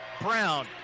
Brown